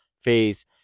phase